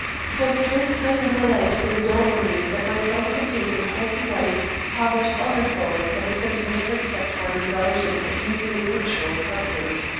for the first time in my life did it dawn on me that my self-contained and haughty wife harbored other thoughts than a sentiment of respect for an indulgent and easily controlled husband.